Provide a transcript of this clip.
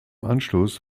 anschluss